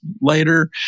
later